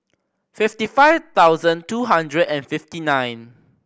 fifty five thousand two hundred and fifty nine